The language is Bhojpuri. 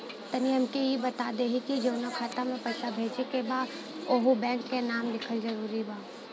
तनि हमके ई बता देही की जऊना खाता मे पैसा भेजे के बा ओहुँ बैंक के नाम लिखल जरूरी बा?